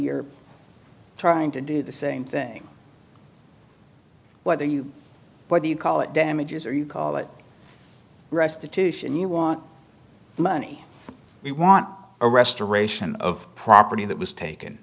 you're trying to do the same thing whether you whether you call it damages or you call it restitution you want money we want a restoration of property that was taken